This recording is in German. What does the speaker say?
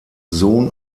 sohn